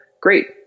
Great